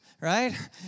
Right